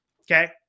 okay